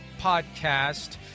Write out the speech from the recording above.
podcast